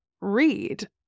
read